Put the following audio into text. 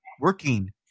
working